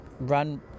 run